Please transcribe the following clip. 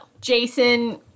Jason